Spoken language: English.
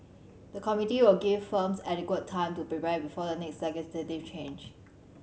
the committee will give firms adequate time to prepare before the next legislative change